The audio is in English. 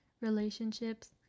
relationships